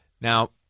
Now